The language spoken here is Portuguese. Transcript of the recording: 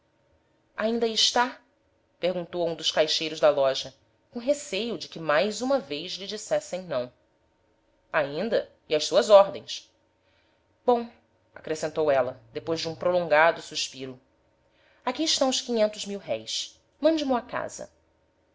ainda aí está perguntou a um dos caixeiros da loja com receio de que mais uma vez lhe dissessem não ainda e às suas ordens bom acrescentou ela depois de um prolongado suspiro aqui estão os quinhentos mil-réis mande mo a casa